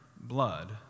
blood